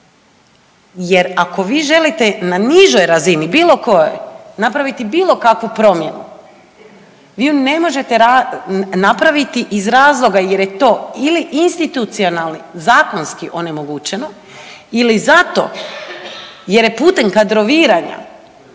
Jer, ako vi želite na nižoj razini, bilo kojoj napraviti bilo kakvu promjenu, vi ju ne možete napraviti iz razloga jer je to institucionalni zakonski onemogućeno ili zato jer je putem kadroviranja